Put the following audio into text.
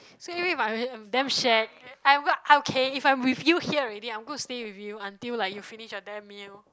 so anyway but I am damn shag I'm will okay if I'm with you here already I'm gonna stay with you until like you finish your damn meal